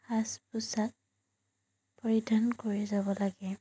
সাজ পোছাক পৰিধান কৰি যাব লাগে